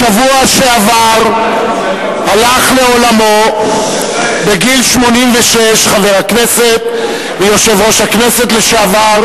בשבוע שעבר הלך לעולמו בגיל 86 חבר הכנסת ויושב-ראש הכנסת לשעבר,